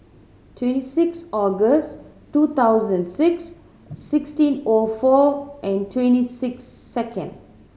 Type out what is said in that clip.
twenty six August two thousand six sixteen O four and twenty six second